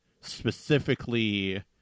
specifically